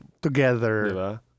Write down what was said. together